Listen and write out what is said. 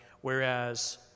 Whereas